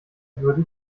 würde